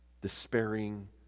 despairing